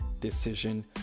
decision